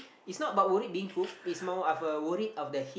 it's not about worried being cooked it's more of uh worry of the heat